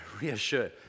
reassure